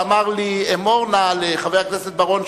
ואמר לי: אמור נא לחבר הכנסת בר-און,